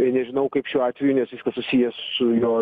nežinau kaip šiuo atveju nes viskas susiję su jo